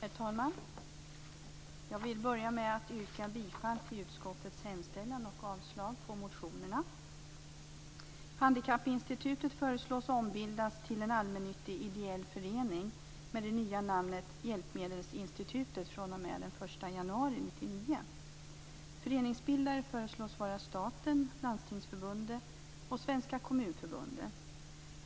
Herr talman! Jag vill börja med att yrka bifall till utskottets hemställan och avslag på motionerna. Handikappinstitutet förslås ombildas till en allmännyttig ideell förening med det nya namnet Hjälpmedelsinstitutet fr.o.m. den 1 januari 1999. Föreningsbildare föreslås vara staten, Landstingsförbundet och Svenska Kommunförbundet.